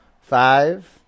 Five